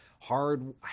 hard